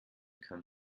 kann